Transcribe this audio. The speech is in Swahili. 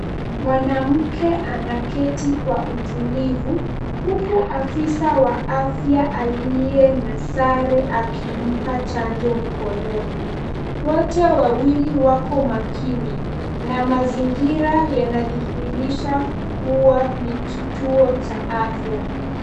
Mwanamke anaketi kwa utulivu, huku afisa wa afya aliye na sare akimpa chanjo mkononi. Wote wawili wako makini na mazingira yanadhihirisha kuwa ni kituo cha afya.